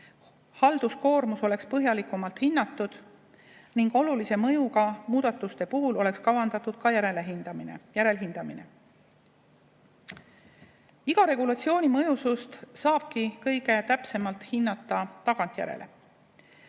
halduskoormus oleks põhjalikumalt hinnatud ning olulise mõjuga muudatuste puhul oleks kavandatud ka järelhindamine. Iga regulatsiooni mõjusust saabki kõige täpsemalt hinnata tagantjärele.